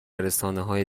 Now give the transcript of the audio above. رسانههای